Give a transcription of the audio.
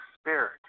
spirit